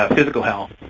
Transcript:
ah physical health